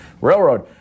Railroad